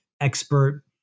expert